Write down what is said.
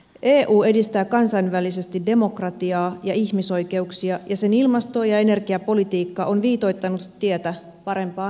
eu edistää kansainvälisesti demokratiaa ja ihmisoikeuksia ja sen ilmasto ja energiapolitiikka on viitoittanut tietä parempaan maailmaan